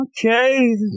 okay